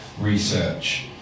research